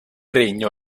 regno